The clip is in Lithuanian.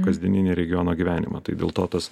kasdieninį regiono gyvenimą tai dėl to tas